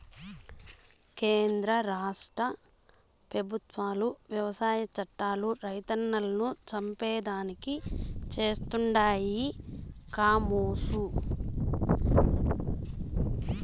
కేంద్ర రాష్ట్ర పెబుత్వాలు వ్యవసాయ చట్టాలు రైతన్నలను చంపేదానికి చేస్తండాయి కామోసు